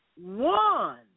one